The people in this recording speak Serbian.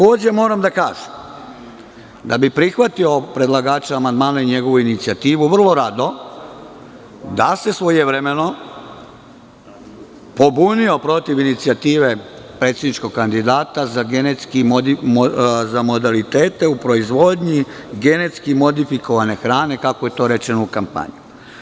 Moram da kažem, da bih prihvatio predlagača amandmana i njegovu inicijativu, vrlo rado, da se svojevremeno pobunio protiv inicijative predsedničkog kandidata za modalitete u proizvodnji genetski modifikovane hrane, kako je to rečeno u kampanji.